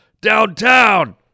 downtown